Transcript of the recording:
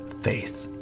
faith